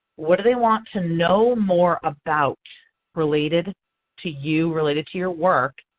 what do they want to know more about related to you, related to your work?